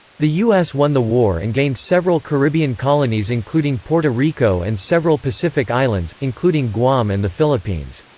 the u s. won the war and gained several caribbean colonies including puerto rico and several pacific islands, including guam and the philippines.